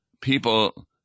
people